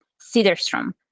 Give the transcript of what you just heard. Siderstrom